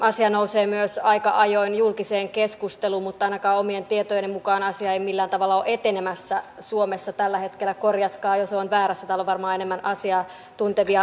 asia nousee myös aika ajoin julkiseen keskusteluun mutta ainakaan omien tietojeni mukaan asia ei millään tavalla ole etenemässä suomessa tällä hetkellä korjatkaa jos olen väärässä täällä on varmaan enemmän asiaa tuntevia ihmisiä